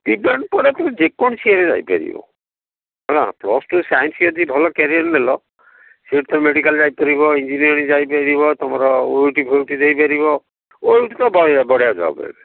ବିଜ୍ଞାନ ପରେ ତୁ ଯେକୌଣସି ହେଇପାରିବ ହଁ ପ୍ଲସ୍ ଟୁ ସାଇନ୍ସ ଯଦି ଭଲ କ୍ୟାରିୟର୍ ନେଲ ସେ ତ ମେଡ଼ିକାଲରେ ଯାଇପାରିବ ଇଞ୍ଜିନିୟରିଂରେ ଯାଇପାରିବ ତୁମର ଓଇଉଟି ଫୋଉଟି ଦେଇପାରିବ ଓଇଉଟିରେ ତ ବଢ଼ିଆ ବଢ଼ିଆ ଜବ୍